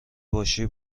باشی